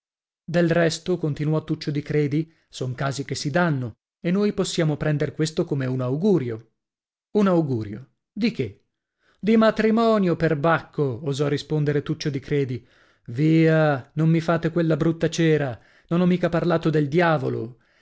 del resto continuò tuccio di credi son casi che si danno e noi possiamo prender questo come un augurio un augurio di che di matrimonio perbacco osò rispondere tuccio di credi via non mi fate quella brutta cera non ho mica parlato del diavolo